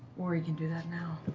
or he can do that now.